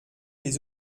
les